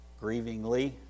grievingly